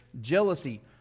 jealousy